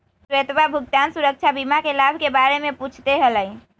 श्वेतवा भुगतान सुरक्षा बीमा के लाभ के बारे में पूछते हलय